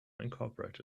inc